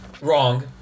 Wrong